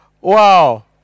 Wow